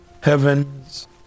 Heavens